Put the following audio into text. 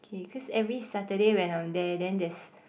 K cause every Saturday when I'm there then there's